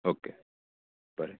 okay बरें